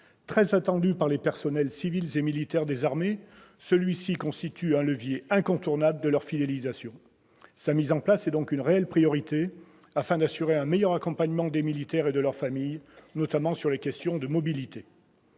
Très attendu par les personnels civils et militaires des armées, celui-ci constitue un levier incontournable de leur fidélisation. Sa mise en place est donc une réelle priorité afin d'assurer un meilleur accompagnement des militaires et de leur famille, notamment sur les questions de mobilité.